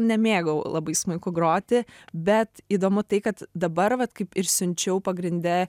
nemėgau labai smuiku groti bet įdomu tai kad dabar vat kaip ir siunčiau pagrinde